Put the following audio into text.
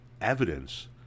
evidence